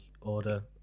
order